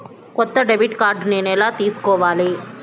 కొత్త debit card నేను ఎలా తీసుకోవాలి?